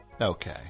Okay